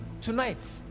tonight